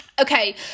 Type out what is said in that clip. Okay